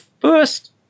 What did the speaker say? first